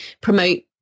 promote